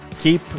Keep